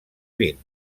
vint